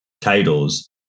titles